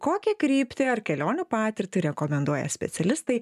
kokią kryptį ar kelionių patirtį rekomenduoja specialistai